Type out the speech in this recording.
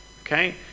Okay